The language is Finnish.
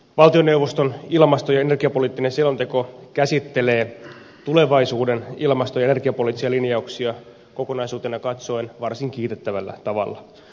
valtioneuvoston ilmasto ja energiapoliittinen selonteko käsittelee tulevaisuuden ilmasto ja energiapoliittisia linjauksia kokonaisuutena katsoen varsin kiitettävällä tavalla